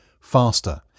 faster